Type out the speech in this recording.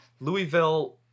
Louisville